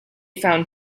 found